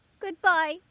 Goodbye